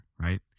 right